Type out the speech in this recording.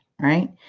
right